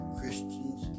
Christians